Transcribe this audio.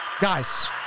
Guys